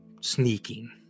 sneaking